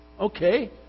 Okay